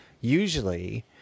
Usually